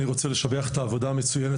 אני רוצה לשבח את העבודה המצוינת,